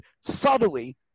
subtly